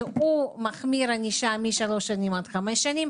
שהוא מחמיר ענישה משלוש שנים לעד חמש שנים.